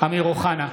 אמיר אוחנה,